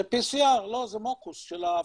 זה PCR, לא, זה מקוס של הפארינגס.